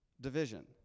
Division